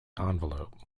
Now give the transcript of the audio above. envelope